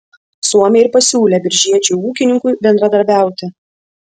suomiai ir pasiūlė biržiečiui ūkininkui bendradarbiauti